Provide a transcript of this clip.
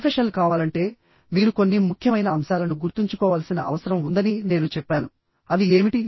professional కావాలంటేమీరు కొన్ని ముఖ్యమైన అంశాలను గుర్తుంచుకోవాల్సిన అవసరం ఉందని నేను చెప్పాను అవి ఏమిటి